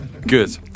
Good